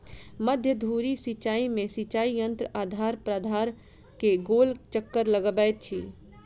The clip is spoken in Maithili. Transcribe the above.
मध्य धुरी सिचाई में सिचाई यंत्र आधार प्राधार के गोल चक्कर लगबैत अछि